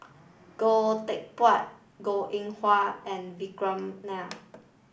Goh Teck Phuan Goh Eng Wah and Vikram Nair